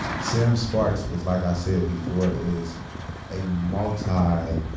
sam sparks is, like i said before, is a multi-brand.